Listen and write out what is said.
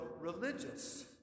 religious